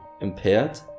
impaired